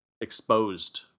exposed